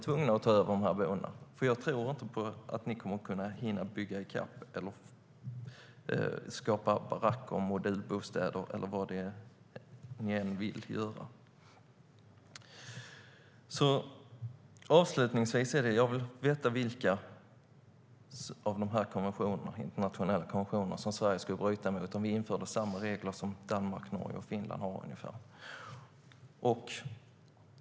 Jag tror nämligen inte att ni kommer att hinna bygga i kapp eller skapa baracker och modulbostäder eller vad det är ni vill göra. Jag vill veta vilka av de här internationella konventionerna som Sverige skulle bryta mot om vi skulle införa ungefär samma regler som Danmark, Norge och Finland har.